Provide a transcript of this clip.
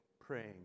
praying